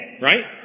Right